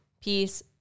peace